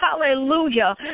Hallelujah